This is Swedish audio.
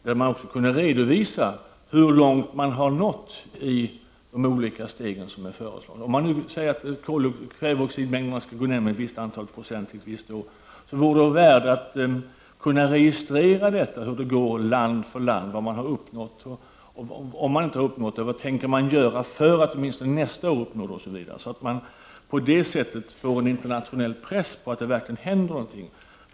Där kunde redovisas hur långt man har nått i de olika föreslagna stegen. Om man säger att kväveoxidmängden skall gå ned med ett visst antal procent till ett visst år, vore det av värde att kunna registrera detta, hur det går land för land, vad man har uppnått eller, om man inte har uppnått målet, vad man tänker göra för att åtminstone nästa år uppnå målet. På det sättet får man en internationell press på att det verkligen händer någonting.